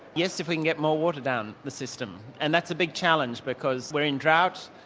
yes, if we can get more water down the system. and that's a big challenge because we're in drought.